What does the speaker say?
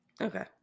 Okay